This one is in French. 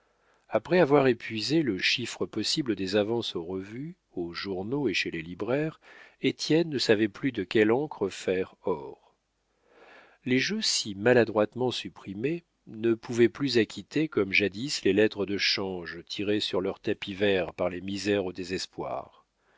après avoir épuisé le chiffre possible des avances aux revues aux journaux et chez les libraires étienne ne savait plus de quelle encre faire or les jeux si maladroitement supprimés ne pouvaient plus acquitter comme jadis les lettres de change tirées sur leurs tapis verts par les misères au désespoir